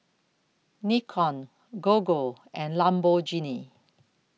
Nikon Gogo and Lamborghini